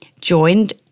joined